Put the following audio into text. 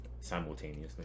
simultaneously